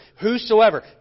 Whosoever